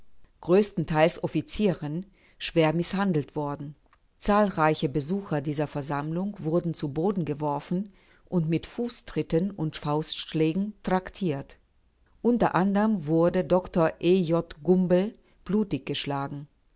größtenteils offizieren schwer mißhandelt worden zahlreiche besucher dieser versammlung wurden zu boden geworfen und mit fußtritten und faustschlägen traktiert unter anderm wurde dr e j gumbel blutig geschlagen